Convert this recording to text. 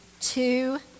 two